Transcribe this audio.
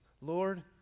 Lord